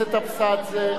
גם הרסו, מה שהיה חוקי הרסו.